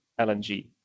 LNG